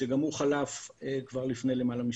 שגם הוא חלף כבר לפני למעלה משנה.